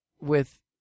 With-